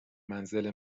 منزل